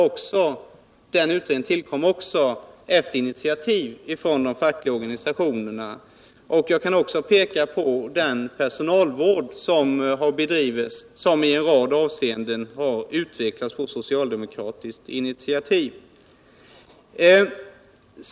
Även den utredningen tillkom efter ett initiativ från de fackliga organisationerna. Jag kan också peka på den personalvård som har bedrivits i en rad avseenden. Också den har utvecklats efter ett socialdemokratiskt initiativ.